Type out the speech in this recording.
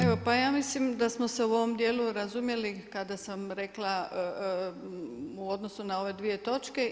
Evo, ja mislim da smo se u ovom dijelu razumjeli kada sam rekla u odnosu na ove dvije točke.